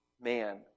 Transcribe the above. man